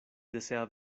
desea